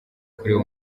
kureba